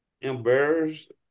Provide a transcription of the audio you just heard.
embarrassed